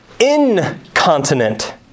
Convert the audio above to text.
incontinent